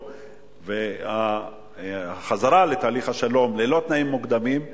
ואת החזרה לתהליך השלום ללא תנאים מוקדמים,